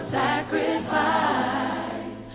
sacrifice